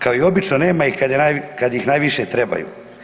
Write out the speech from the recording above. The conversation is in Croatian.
Kao i obično nema ih kad ih najviše trebaju.